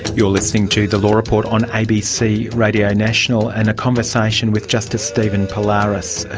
you're listening to the law report on abc radio national and a conversation with justice stephen pallaras,